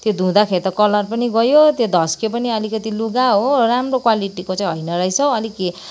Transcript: त्यो धुँदाखेरि त कलर पनि गयो त्यो धस्कियो पनि अलिकति लुगा हो राम्रो क्वालिटीको चाहिँ होइन रहेछ अलिक